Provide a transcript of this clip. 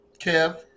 Kev